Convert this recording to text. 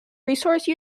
resource